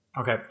Okay